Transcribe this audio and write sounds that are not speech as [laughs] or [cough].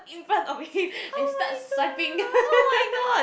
in front of him and start swiping [laughs]